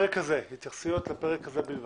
התייחסויות לפרק הזה בלבד.